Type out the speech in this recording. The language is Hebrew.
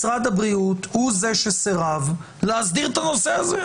משרד הבריאות הוא זה שסרב להסדיר את הנושא הזה.